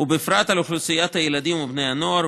ובפרט על אוכלוסיית הילדים ובני הנוער,